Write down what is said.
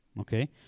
okay